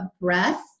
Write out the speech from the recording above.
breath